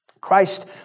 Christ